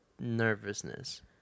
nervousness